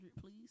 please